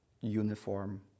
uniform